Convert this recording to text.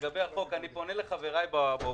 לגבי הצעת החוק, אני פונה לחבריי באופוזיציה.